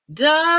da